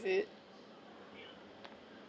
is it